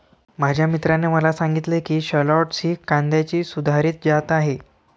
माझ्या मित्राने मला सांगितले की शालॉट्स ही कांद्याची सुधारित जात आहे